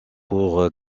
pour